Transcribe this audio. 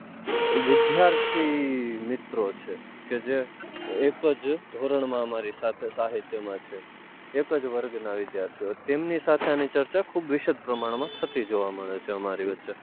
વિદ્યાર્થી મિત્રો છે કે જે એક જ ધોરણમાં અમારી સાથે સાહિત્યમાં છે એક જ વર્ગના વિદ્યાર્થીઓ તેમની સાથે આની ચર્ચા ખૂબ વિષદ પ્રમાણમાં થતી જોવા મળે છે અમારી વચ્ચે